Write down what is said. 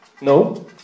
No